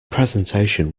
presentation